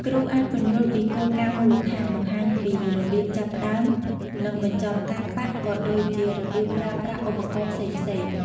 គ្រូអាចពន្យល់ពីគោលការណ៍មូលដ្ឋាន បង្ហាញពីរបៀបចាប់ផ្ដើម និងបញ្ចប់ការប៉ាក់ ក៏ដូចជារបៀបប្រើប្រាស់ឧបករណ៍ផ្សេងៗ។